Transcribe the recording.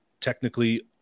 technically